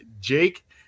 Jake